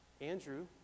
Andrew